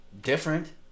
different